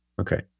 Okay